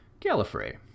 Gallifrey